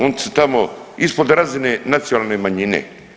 Oni su tamo ispod razine nacionalne manjine.